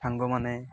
ସାଙ୍ଗମାନେ